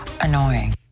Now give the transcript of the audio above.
annoying